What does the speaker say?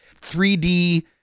3D